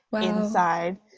inside